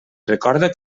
recordo